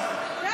אבל אתה מעלה.